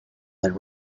that